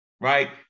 right